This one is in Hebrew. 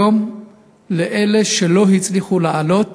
אלה שלא הצליחו לעלות